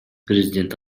президент